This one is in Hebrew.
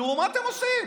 תראו מה אתם עושים,